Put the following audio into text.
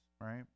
right